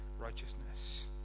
righteousness